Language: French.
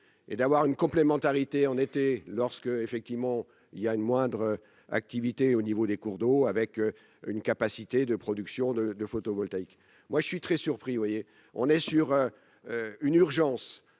Et d'avoir une complémentarité, on était lorsque effectivement il y a une moindre activité au niveau des cours d'eau avec une capacité de production de de photovoltaïque, moi je suis très surpris, vous voyez, on est sur une urgence,